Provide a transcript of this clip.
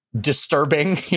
disturbing